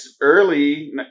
early